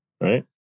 right